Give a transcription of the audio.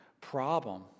problem